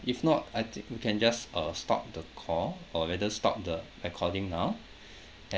if not I think you can just uh stop the call or whether stop the recording now and